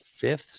fifth